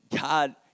God